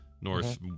north